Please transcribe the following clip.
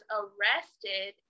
arrested